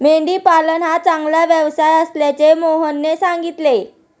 मेंढी पालन हा चांगला व्यवसाय असल्याचे मोहितने सांगितले